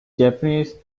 japanese